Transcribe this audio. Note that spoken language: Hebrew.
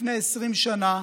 לפני 20 שנה.